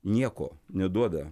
nieko neduoda